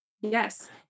Yes